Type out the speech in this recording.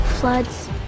floods